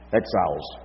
exiles